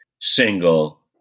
single